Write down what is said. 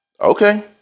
Okay